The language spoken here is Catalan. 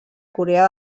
corea